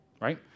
right